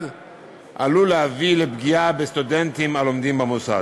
עלולה להביא לפגיעה בסטודנטים הלומדים במוסד.